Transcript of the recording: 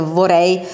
vorrei